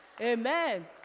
Amen